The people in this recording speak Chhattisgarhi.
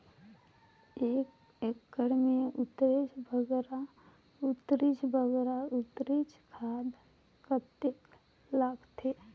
एक एकड़ मे उन्नीस बराबर उन्नीस बराबर उन्नीस खाद कतेक लगथे?